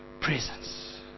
presence